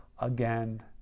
again